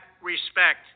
respect